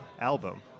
album